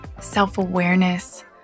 self-awareness